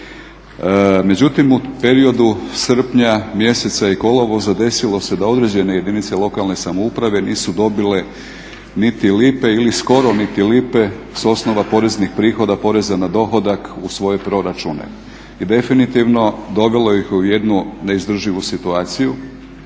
Međutim, u periodu srpnja mjeseca i kolovoza desilo se da određene jedinice lokalne samouprave nisu dobile niti lipe ili skoro niti lipe sa osnova poreznih prihoda, poreza na dohodak u svoje proračune. I definitivno dovelo ih je u jednu neizdrživu situaciju.